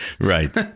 right